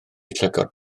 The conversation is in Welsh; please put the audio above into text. llygod